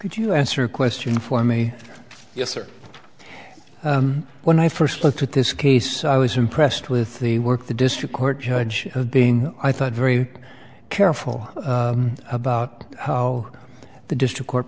could you answer a question for me yes or no when i first looked at this case i was impressed with the work the district court judge have been i thought very careful about how the district court